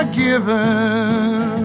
given